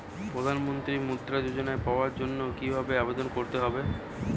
প্রধান মন্ত্রী মুদ্রা যোজনা পাওয়ার জন্য কিভাবে আবেদন করতে হবে?